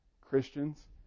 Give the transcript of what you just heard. Christians